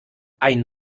ein